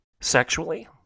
sexually